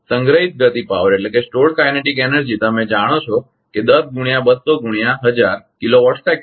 તેથી સંગ્રહિત ગતિપાવર તમે જાણો છો કે 10 ગુણ્યા 200 ગુણ્યા 1000 કિલોવોટ સેકંડ